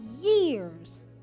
years